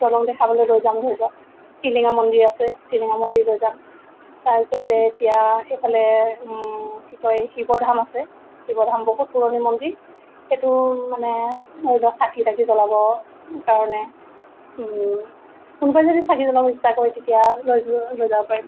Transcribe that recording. দলং দেখাবলৈ লৈ যাওঁ ধৰি লওক টিলিঙা মন্দিৰ আছে টিলিঙা মন্দিৰ লৈ যাম তাৰপিছতে এতিয়া এইফালে কি কয় শিৱধাম আছে শিৱধাম বহুত পুৰণি মন্দিৰ সেইটো মানে ধৰি লওক চাকি তাকি জ্বলাব কাৰণে কোনোবাই যদি চাকি জ্বলাব ইচ্ছা কৰে তেতিয়া লৈ যোৱা লৈ যাব পাৰিম